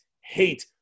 hate